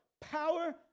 Power